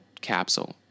capsule